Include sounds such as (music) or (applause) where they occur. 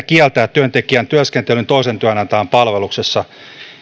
(unintelligible) kieltää työntekijän työskentelyn toisen työnantajan palveluksessa